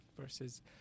versus